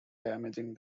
damaging